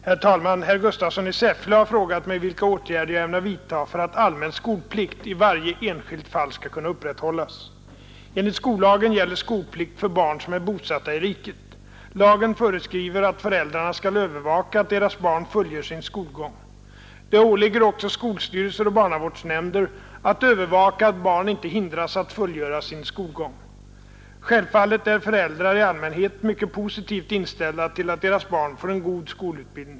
Herr talman! Herr Gustafsson i Säffle har frågat mig vilka åtgärder jag ämnar vidta för att allmän skolplikt i varje enskilt fall skall kunna upprätthållas. Enligt skollagen gäller skolplikt för barn som är bosatta i riket. Lagen föreskriver att föräldrarna skall övervaka att deras barn fullgör sin skolgång. Det åligger också skolstyrelser och barnavårdsnämnder att övervaka att barn inte hindras att fullgöra sin skolgång. Självfallet är föräldrar i allmänhet mycket positivt inställda till att deras barn får en god skolutbildning.